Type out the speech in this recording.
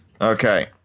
Okay